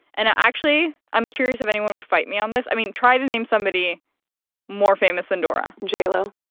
and actually, i'm curious if anyone would fight me on this. i mean, try to name somebody more famous than dora j-lo